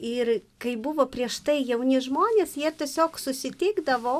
ir kai buvo prieš tai jauni žmonės jie tiesiog susitikdavo